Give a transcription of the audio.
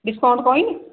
discount ਕੋਈ ਨੀ